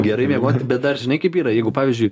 gerai miegoti bet dar žinai kaip yra jeigu pavyzdžiui